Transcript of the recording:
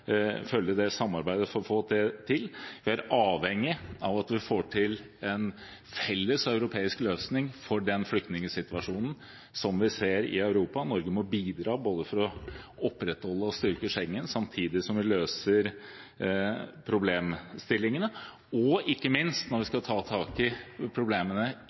det samarbeidet for å få det til. Vi er avhengig av at vi får til en felles europeisk løsning for den flyktningsituasjonen som vi ser i Europa. Norge må bidra til både å opprettholde og å styrke Schengen, samtidig som vi møter problemstillingene. Ikke minst når vi skal ta tak i problemene